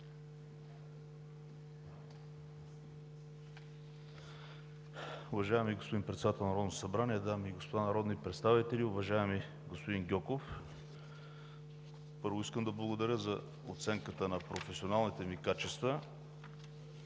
Уважаеми господин Председател на Народното събрание, дами и господа народни представители! Уважаеми господин Гьоков, първо, искам да благодаря за оценката на професионалните ми качества.